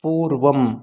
पूर्वम्